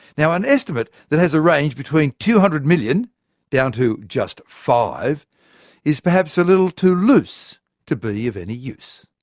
an estimate that has a range between two hundred million down to just five is perhaps a little too loose to be of any use.